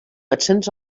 ascens